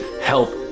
help